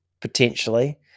potentially